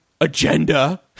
agenda